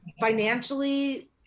financially